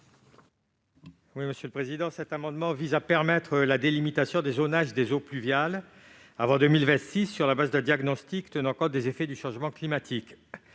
n° 340 rectifié . Cet amendement vise à permettre la délimitation des zonages des eaux pluviales avant 2026, sur la base d'un diagnostic tenant compte des effets du changement climatique.